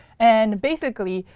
and basically,